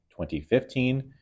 2015